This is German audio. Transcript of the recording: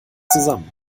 zusammen